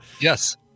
Yes